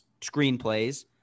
screenplays